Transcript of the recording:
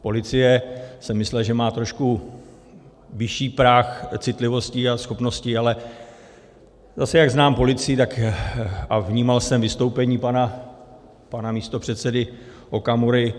Policie jsem myslel, že má trošku vyšší práh citlivosti a schopnosti, ale zase jak znám policii a vnímal jsem vystoupení pana místopředsedy Okamury.